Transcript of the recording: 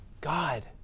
God